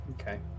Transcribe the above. okay